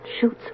shoots